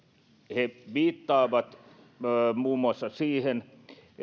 he viittaavat muun muassa siihen